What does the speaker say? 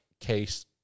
case